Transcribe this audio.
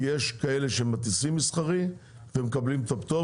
כי יש כאלה שמטיסים מסחרי ומקבלים פטור,